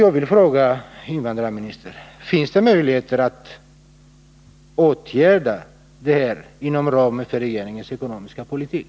Jag vill fråga invandrarministern: Finns det möjligheter till åtgärder på de här punkterna inom ramen för regeringens ekonomiska politik?